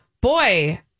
boy